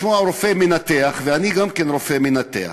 לשמוע רופא מנתח ואני גם כן רופא מנתח.